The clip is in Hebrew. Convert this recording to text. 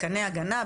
מתקני הגנה,